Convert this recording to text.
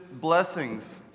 blessings